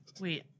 Wait